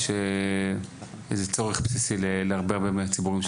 שזה צורך בסיסי להרבה הרבה מהציבור.